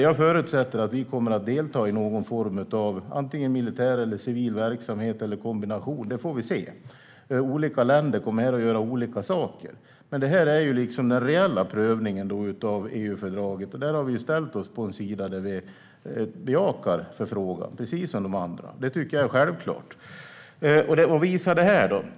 Jag förutsätter att vi kommer att delta i någon form av antingen militär eller civil verksamhet eller en kombination av dessa. Det får vi se. Olika länder kommer att göra olika saker. Men det här är ju den reella prövningen av EU-fördraget. Och vi, precis som de andra länderna, bejakar Frankrikes förfrågan. Det tycker jag är självklart. Vad visar då detta?